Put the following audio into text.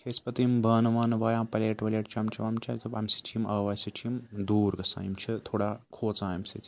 چھِ أسۍ پَتہٕ یِم بانہٕ وانہٕ وایان پَلیٹ وَلیٹ چَمچہِ وَمچہِ اَسہِ دوٚپ اَمہِ سۭتۍ چھِ یِم آوازِ سۭتۍ چھِ یِم دوٗر گژھان یِم چھِ تھوڑا کھوژان اَمہِ سۭتۍ